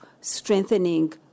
strengthening